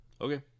Okay